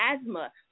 asthma